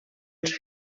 els